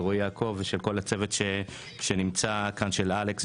של רועי יעקב ושל כל הצוות שנמצא כאן של אלכס,